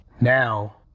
Now